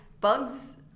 bugs